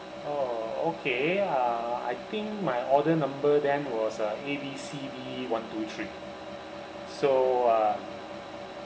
oh okay uh I think my order number then was uh A B C D one two three so um